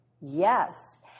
Yes